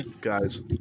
guys